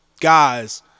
guys